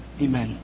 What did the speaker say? Amen